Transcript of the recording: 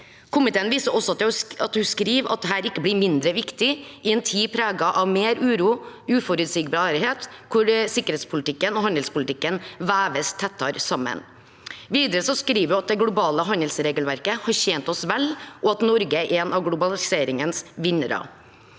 Komiteen viser også til at hun skriver at dette ikke blir mindre viktig i en tid preget av mer uro og uforutsigbarhet, og hvor sikkerhetspolitikken og handelspolitikken veves tettere sammen. Videre skriver hun at det globale handelsregelverket har tjent oss vel, og at Norge er en av globaliseringens vinnere.